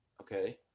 Okay